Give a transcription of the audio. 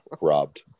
Robbed